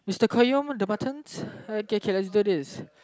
Mister Qayyum the buttons okay K let's do this